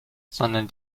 sondern